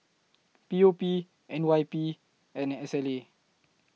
P O P N Y P and S L A